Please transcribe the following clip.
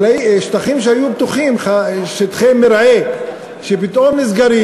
שטחים שהיו פתוחים, שטחי מרעה, פתאום נסגרים.